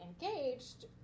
engaged